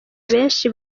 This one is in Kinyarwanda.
benshi